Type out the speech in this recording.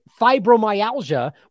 fibromyalgia